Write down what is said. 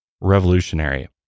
revolutionary